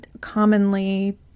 commonly